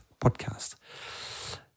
podcast